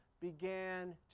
began